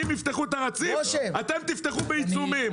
אם יפתחו את הרציף, אתם תפתחו בעיצומים.